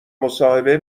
مصاحبه